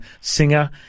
singer